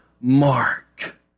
mark